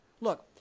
look